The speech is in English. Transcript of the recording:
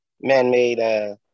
man-made